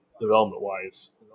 development-wise